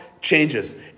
changes